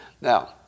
Now